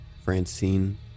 Francine